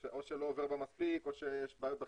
או שלא עובר מספיק או שיש בעיות בחיבורים,